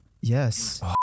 Yes